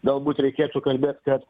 galbūt reikėtų kalbėt kad